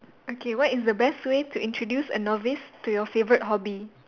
okay what is the best way to introduce a novice to your favourite hobby